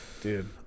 Dude